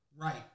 Right